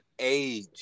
age